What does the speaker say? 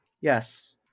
Yes